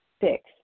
Six